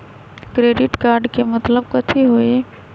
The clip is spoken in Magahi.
क्रेडिट कार्ड के मतलब कथी होई?